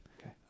Okay